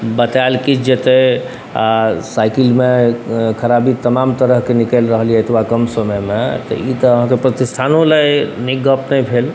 बताओल किछु जेतै आओर साइकिलमे खराबी तमाम तरहके निकलि रहल अइ एतबा कम समयमे ई तऽ अहाँके प्रतिष्ठानोलए नीक गप नहि भेल